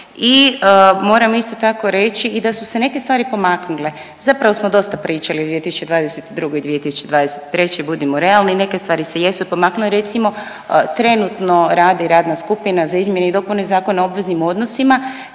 I moram isto tako reći i da su se neke stvari pomaknule. Zapravo smo dosta pričali o 2022. i 2023. Budimo realni. Neke stvari se jesu pomaknule. Recimo trenutno radi radna skupina za izmjenu i dopunu Zakona o obveznim odnosima